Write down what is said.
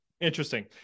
Interesting